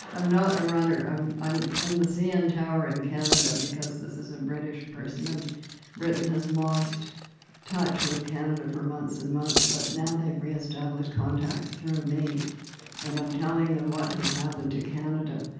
i'm not a runner. i'm i'm in the cn tower in canada because this is a british person, and britain has lost touch with canada for months and months, but now they've re-established contact through me and i'm telling them what has happened to canada,